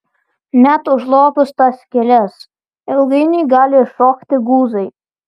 net užlopius tokias skyles ilgainiui gali iššokti guzai